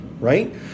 right